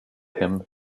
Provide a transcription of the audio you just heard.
him